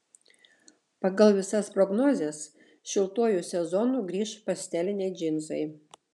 pagal visas prognozes šiltuoju sezonu grįš pasteliniai džinsai